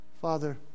Father